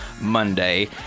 Monday